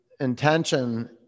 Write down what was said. intention